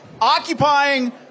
occupying